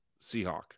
Seahawk